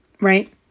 right